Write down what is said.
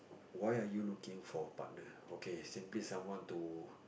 why are you looking for a partner okay simply someone to